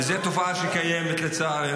וזו תופעה שלצערנו קיימת במדינה,